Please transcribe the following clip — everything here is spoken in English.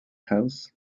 house